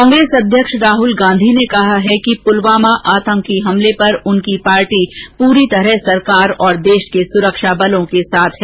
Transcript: कांग्रेस अध्यक्ष राहुल गांधी ने कहा है कि पुलवामा आतंकी हमले के बारे में उनकी पार्टी पूरी तरह सरकार और देश के सुरक्षाबलों के साथ है